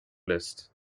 list